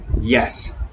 Yes